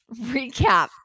recap